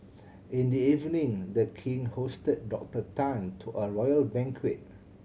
in the evening The King hosted Doctor Tan to a royal banquet